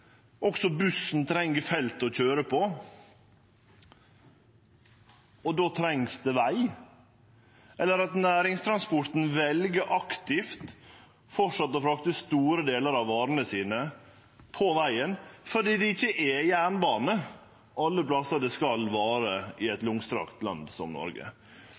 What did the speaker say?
også bussen treng felt å køyre på, og då trengst det veg, og at næringstransporten framleis aktivt vel å frakte store delar av varene sine på vegen, fordi det ikkje er jernbane alle plassar i eit langstrekt land som Noreg. Det